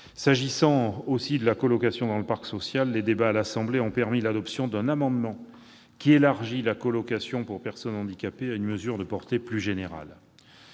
S'agissant de la colocation dans le parc social, les débats à l'Assemblée nationale ont permis l'adoption d'un amendement tendant à élargir la colocation pour personnes handicapées à une mesure de portée plus générale.